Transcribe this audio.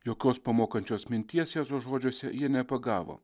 jokios pamokančios minties jėzaus žodžiuose jie nepagavo